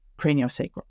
craniosacral